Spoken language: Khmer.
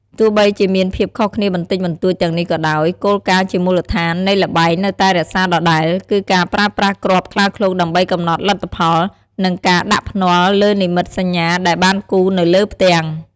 ទោះបីជាមានភាពខុសគ្នាបន្តិចបន្តួចទាំងនេះក៏ដោយ គោលការណ៍ជាមូលដ្ឋាន នៃល្បែងនៅតែរក្សាដដែល គឺការប្រើប្រាស់គ្រាប់ខ្លាឃ្លោកដើម្បីកំណត់លទ្ធផល និងការដាក់ភ្នាល់លើនិមិត្តសញ្ញាដែលបានគូរនៅលើផ្ទាំង។